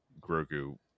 grogu